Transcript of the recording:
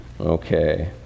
Okay